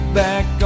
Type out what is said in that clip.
back